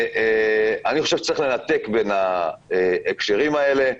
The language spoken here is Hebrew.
אני חושב שצריך לנתק בין ההקשרים האלה,